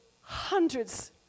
hundreds